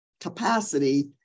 capacity